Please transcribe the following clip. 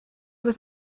with